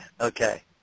Okay